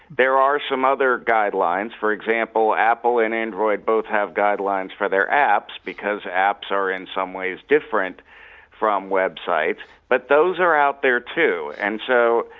there are some other guidelines, for example apple and android both have guidelines for their apps because apps are in some ways different from websites but those are out there too. and so,